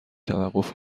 توقف